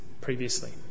previously